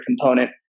component